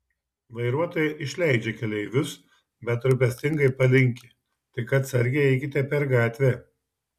vairuotoja išleidžia keleivius bet rūpestingai palinki tik atsargiai eikite per gatvę